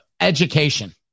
education